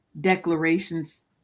declarations